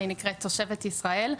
אני נחשבת תושבת ישראל,